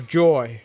joy